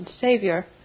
Saviour